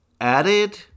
added